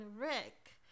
Rick